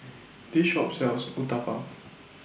This Shop sells Uthapam